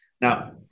Now